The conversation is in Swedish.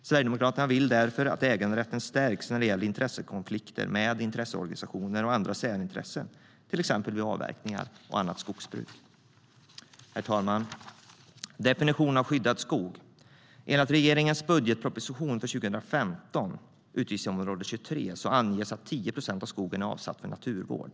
Sverigedemokraterna vill därför att äganderätten stärks när det gäller intressekonflikter med intresseorganisationer och andra särintressen, till exempel vid avverkningar och annat skogsbruk. Herr talman! I regeringens budgetproposition för 2015, utgiftsområde 23, anges att 10 procent av skogen är avsatt för naturvård.